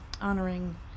honoring